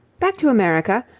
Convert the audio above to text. back to america.